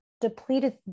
depleted